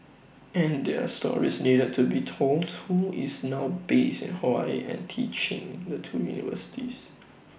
and their stories needed to be told who is now based in Hawaii and teaching the two universities